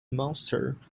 monster